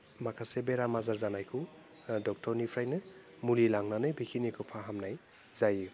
माखासे बेराम आजार जानायखौ डक्टरनिफ्रायनो मुलि लांनानै बिखिनिखौ फाहामनाय जायो